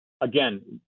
again